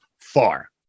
far